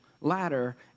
Ladder